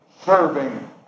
serving